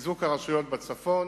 ויביא לחיזוק הרשויות בצפון